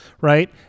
right